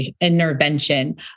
intervention